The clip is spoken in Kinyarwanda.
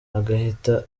agahita